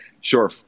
Sure